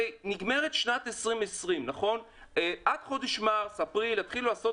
הרי נגמרת שנת 2020. עד מארס-אפריל יתחילו לעשות